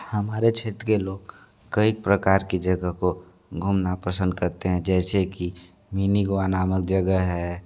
हमारे क्षेत्र के लोग कई प्रकार की जगह को घूमना पसंद करते हैं जैसे कि मिनी गोआ नामक जगह है